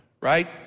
right